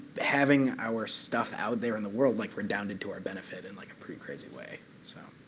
having our stuff out there in the world like redounded to our benefit in like a pretty crazy way. so